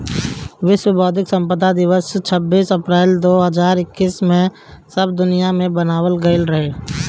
विश्व बौद्धिक संपदा दिवस छब्बीस अप्रैल दो हज़ार इक्कीस में सब दुनिया में मनावल गईल रहे